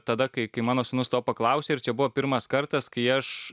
tada kai kai mano sūnus to paklausė ir čia buvo pirmas kartas kai aš